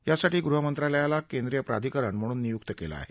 यासाठी गुहमंत्रालयाला केंद्रीय प्राधिकरण म्हणून नियुक्त केलं आहे